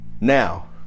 Now